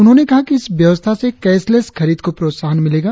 उन्होंने कहा कि इस व्यवस्था से कैशलेश खरीद को प्रौत्साहन मिलेगा